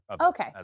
Okay